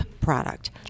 product